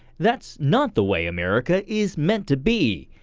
that's not the way america is meant to be.